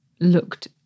looked